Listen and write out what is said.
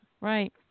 right